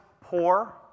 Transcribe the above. poor